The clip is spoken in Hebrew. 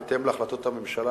בהתאם להחלטות הממשלה,